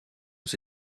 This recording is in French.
aux